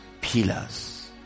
pillars